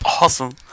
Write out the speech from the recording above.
awesome